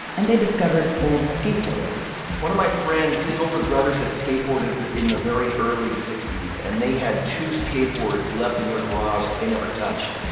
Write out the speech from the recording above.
and they discovered old skateboards. one of my friends, his older brothers had skateboarded in the very early sixty s, and they had two skateboards left in their garage they never touched.